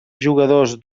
jugadors